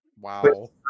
Wow